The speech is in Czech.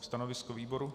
Stanovisko výboru?